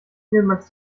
vielmals